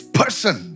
person